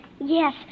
Yes